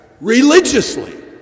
religiously